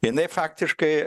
jinai faktiškai